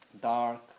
dark